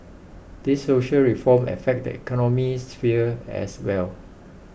these social reforms affect the economic sphere as well